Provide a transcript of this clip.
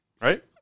Right